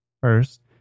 First